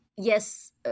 Yes